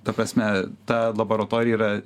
ta prasme ta laboratorija yra